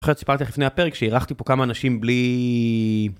זוכרת שסיפרתי לך לפני הפרק שאירחתי פה כמה אנשים בלי...